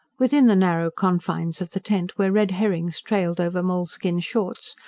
within the narrow confines of the tent, where red-herrings trailed over moleskin-shorts,